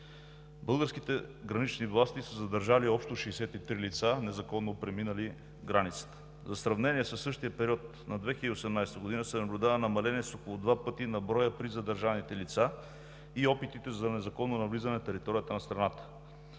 Българските гранични власти са задържали общо 63 лица, незаконно преминали границата. За сравнение със същия период на 2018 г. се наблюдава намаление с около два пъти на броя на задържаните лица и опитите за незаконно навлизане на територията на страната.